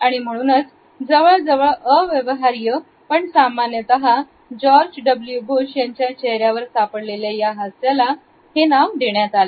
आणि म्हणूनच जवळजवळ अव्यवहार्य पण सामान्यतः जॉर्ज डब्ल्यू बु श यांच्या चेहऱ्यावर सापडलेल्या या हास्याला हे नाव देण्यात आले